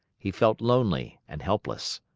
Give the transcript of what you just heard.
he felt lonely and helpless.